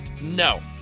no